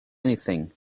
anything